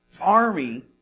army